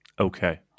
okay